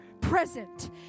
present